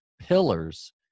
pillars